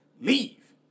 Leave